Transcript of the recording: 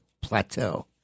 Plateau